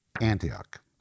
Antioch